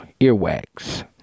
Earwax